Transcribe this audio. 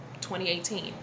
2018